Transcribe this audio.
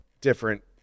different